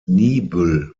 niebüll